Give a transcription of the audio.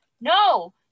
No